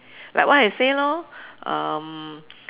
like what I say lor um